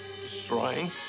Destroying